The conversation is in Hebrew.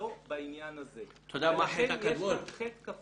לא בעניין הזה, לכן יש כאן חטא כפול.